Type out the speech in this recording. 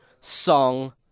song